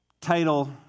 title